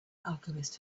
alchemist